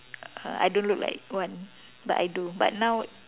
I don't look like one but I do but now